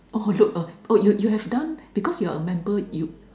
oh look uh you you have done because your a member you